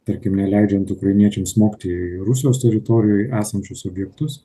tarkim neleidžiant ukrainiečiams smogti rusijos teritorijoj esančius objektus